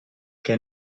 que